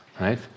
right